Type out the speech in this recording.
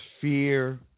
fear